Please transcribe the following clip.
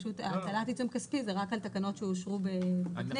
הטלת עצום כספי זה רק על תקנות שאושרו בכנסת.